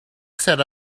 set